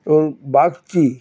Bagchi